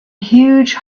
huge